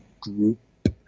group